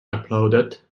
applauded